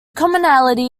commonality